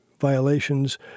violations